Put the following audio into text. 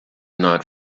not